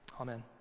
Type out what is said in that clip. amen